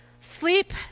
Sleep